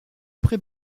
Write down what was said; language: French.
pré